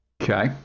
okay